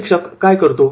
प्रशिक्षक काय करतो